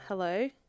Hello